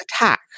attack